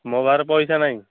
ମୋ ପାଖରେ ପଇସା ନାହିଁ